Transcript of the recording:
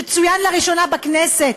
שצוין לראשונה בכנסת,